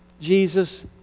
Jesus